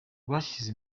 rwashyize